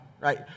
right